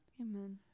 Amen